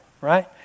Right